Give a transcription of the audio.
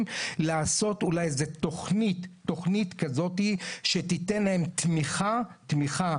לעשות אולי איזו תכנית כזאת שתיתן להם תמיכה